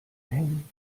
hängen